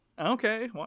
Okay